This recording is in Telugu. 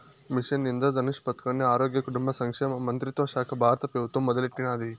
మిషన్ ఇంద్రధనుష్ పదకాన్ని ఆరోగ్య, కుటుంబ సంక్షేమ మంత్రిత్వశాక బారత పెబుత్వం మొదలెట్టినాది